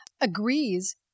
agrees